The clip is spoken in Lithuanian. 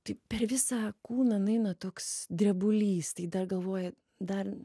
taip per visą kūną nueina toks drebulys tai dar galvoja dar